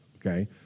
okay